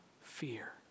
fear